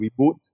reboot